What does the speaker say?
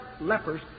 lepers